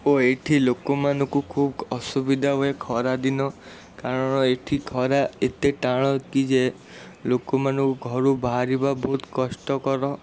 ଓ ଏଇଠି ଲୋକମାନଙ୍କୁ ଖୁବ୍ ଅସୁବିଧା ହୁଏ ଖରାଦିନ କାରଣ ଏଇଠି ଖରା ଏତେ ଟାଣ କି ଯେ ଲୋକମାନଙ୍କୁ ଘରୁ ବାହାରିବା ବହୁତ କଷ୍ଟକର